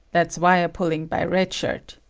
that's wire-pulling by red shirt,